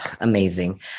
amazing